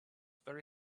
very